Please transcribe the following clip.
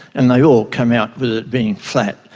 and they all come out with it being flat,